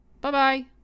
Bye-bye